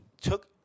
took